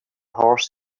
horses